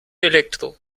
elektro